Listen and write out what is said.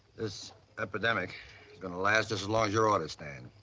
this epidemic is gonna last. as long as your orders stand.